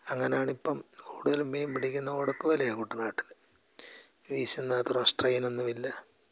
അങ്ങനെയാണിപ്പം കൂടുതലും മീൻ പിടിക്കുന്നത് ഉടക്കുവലയാണ് കുട്ടനാട്ടിൽ വീശുന്നത് അത്ര സ്ട്രെയിൻ ഒന്നുമില്ല